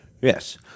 Yes